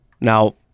Now